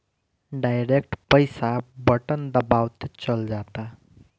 direct पईसा button दबावते चल जाता